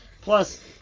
Plus